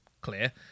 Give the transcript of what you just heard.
clear